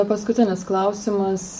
paskutinis klausimas